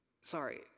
Sorry